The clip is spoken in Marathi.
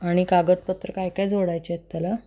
आणि कागदपत्र काय काय जोडायचे आहेत त्याला